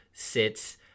sits